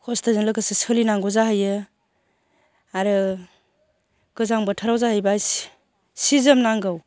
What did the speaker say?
खस्थ'जों लोगोसे सोलिनांगौ जाहैयो आरो गोजां बोथोराव जाहैबाय सि सि जोम नांगौ